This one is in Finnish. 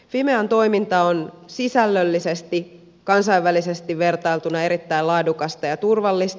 fimean toiminta on sisällöllisesti kansainvälisesti vertailtuna erittäin laadukasta ja turvallista